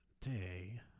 day